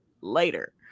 later